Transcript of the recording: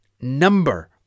number